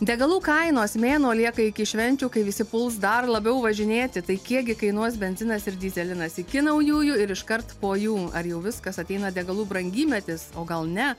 degalų kainos mėnuo lieka iki švenčių kai visi puls dar labiau važinėti tai kiek gi kainuos benzinas ir dyzelinas iki naujųjų ir iškart po jų ar jau viskas ateina degalų brangymetis o gal ne